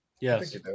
Yes